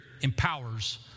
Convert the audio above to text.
empowers